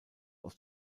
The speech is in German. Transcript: aus